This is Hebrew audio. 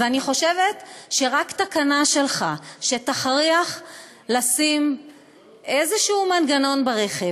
ואני חושבת שרק תקנה שלך שתכריח לשים איזה מנגנון ברכב,